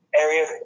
area